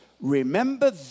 remember